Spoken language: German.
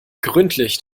gründlich